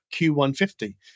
Q150